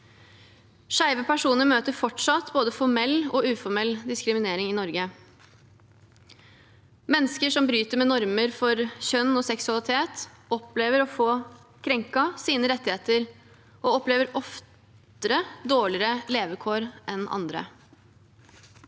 Skeive personer møter fortsatt både formell og uformell diskriminering i Norge. Mennesker som bryter med normer for kjønn og seksualitet, opplever å få krenket sine rettigheter og opplever oftere dårligere levekår enn andre.